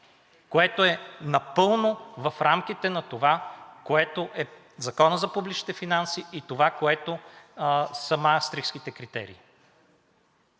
което е напълно в рамките на това, което е в Закона за публичните финанси, и това, което са Маастрихстките критерии,